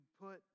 put